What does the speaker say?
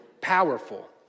powerful